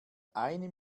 eine